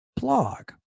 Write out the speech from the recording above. blog